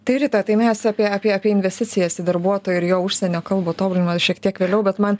tai rita tai mes apie apie investicijas į darbuotoją ir jo užsienio kalbų tobulinimą šiek tiek vėliau bet man